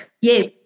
Yes